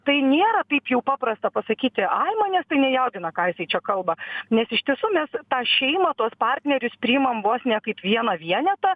tai nėra taip jau paprasta pasakyti ai manęs tai nejaudina ką čia kalba nes iš tiesų mes tą šeimą tuos partnerius priimam vos ne kaip vieną vienetą